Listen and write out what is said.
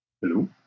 hello